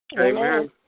Amen